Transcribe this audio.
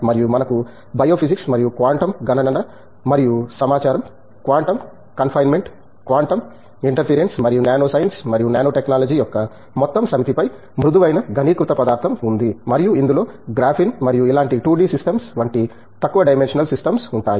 మరియు మనకు bio physics మరియు క్వాంటం గణన మరియు సమాచారం క్వాంటం కన్ఫైన్మెంట్ క్వాంటం ఇంటర్ఫియరెన్స్ మరియు నానో సైన్స్ మరియు నానో టెక్నాలజీ యొక్క మొత్తం సమితిపై మృదువైన ఘనీకృత పదార్థం ఉంది మరియు ఇందులో గ్రాఫీన్ మరియు ఇలాంటి 2 డి సిస్టమ్స్ వంటి తక్కువ డైమెన్షనల్ సిస్టమ్స్ ఉంటాయి